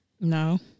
No